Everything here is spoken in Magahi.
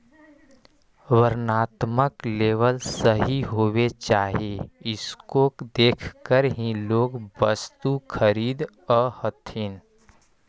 वर्णात्मक लेबल सही होवे चाहि इसको देखकर ही लोग वस्तु खरीदअ हथीन